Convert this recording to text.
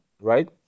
right